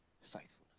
faithfulness